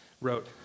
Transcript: wrote